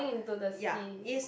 yeah it's